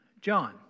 John